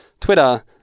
Twitter